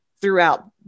throughout